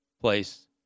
place